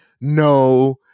no